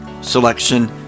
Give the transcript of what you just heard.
selection